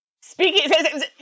Speaking